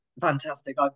fantastic